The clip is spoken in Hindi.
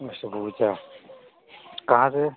मिस्टर भरूचा कहाँ से